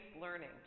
learning